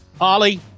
Ollie